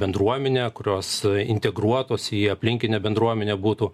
bendruomenę kurios integruotos į aplinkinę bendruomenę būtų